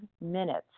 minutes